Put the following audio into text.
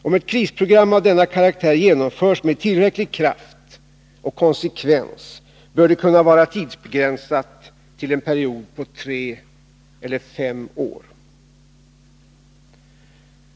Om ett krisprogram av denna karaktär genomförs med tillräcklig kraft och konsekvens bör det kunna vara tidsbegränsat till en period på tre eller fem år.